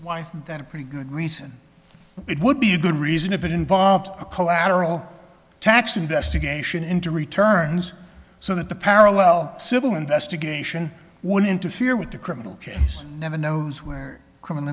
why isn't that a pretty good reason it would be a good reason if it involved a collateral tax investigation into returns so that the parallel civil investigation would interfere with the criminal case never knows where criminal